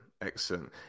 Excellent